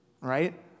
Right